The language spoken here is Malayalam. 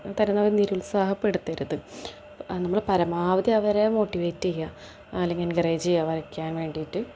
തരുന്നവർ നിരുത്സാഹപ്പെടുത്തരുത് നമ്മൾ പരമാവധി അവരെ മോട്ടിവേറ്റ് ചെയ്യുക അല്ലെങ്കിൽ എൻകറേജ് ചെയ്യുക വരയ്ക്കാൻ വേണ്ടിയിട്ട്